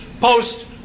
post